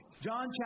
John